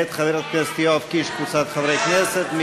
מאת חבר הכנסת יואב קיש וקבוצת חברי כנסת.